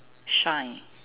shine